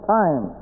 time